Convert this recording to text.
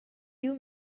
you